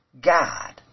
God